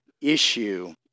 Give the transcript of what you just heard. issue